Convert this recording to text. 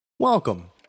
Welcome